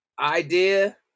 idea